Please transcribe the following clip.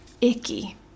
icky